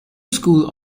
school